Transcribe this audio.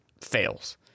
fails